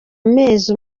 amezi